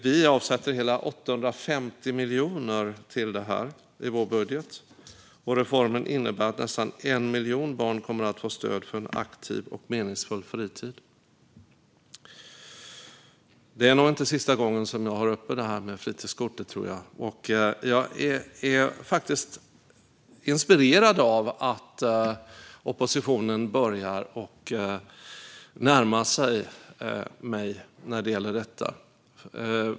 Vi avsätter hela 850 miljoner till detta i vår budget. Reformen innebär att nästan 1 miljon barn kommer att få stöd för en aktiv och meningsfull fritid. Det är nog inte sista gången som jag har uppe frågan om fritidskortet. Jag är inspirerad av att oppositionen börjar närma sig mig när det gäller detta.